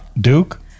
Duke